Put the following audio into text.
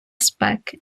спеки